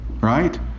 right